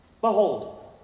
Behold